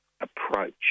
approach